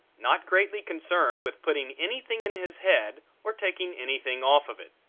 not greatly concerned with putting anything in his head or taking anything off of it.